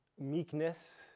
meekness